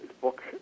book